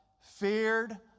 feared